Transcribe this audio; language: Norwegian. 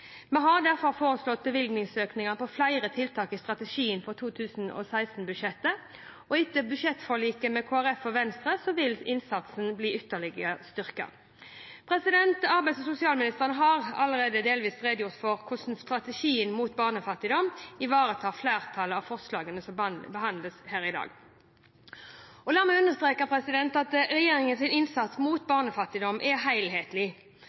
Vi har derfor foreslått bevilgningsøkninger på flere tiltak i strategien for 2016-budsjettet. Etter budsjettforliket med Kristelig Folkeparti og Venstre vil innsatsen bli ytterligere styrket. Arbeids- og sosialministeren har allerede delvis redegjort for hvordan strategien mot barnefattigdom ivaretar flertallet av forslagene som behandles her i dag. La meg understreke at regjeringens innsats mot barnefattigdom er